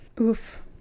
Oof